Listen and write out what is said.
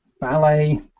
ballet